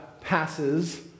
passes